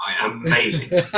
amazing